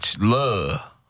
Love